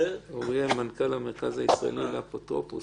אוריאל, מנכ"ל המרכז הישראלי לאפוטרופוס.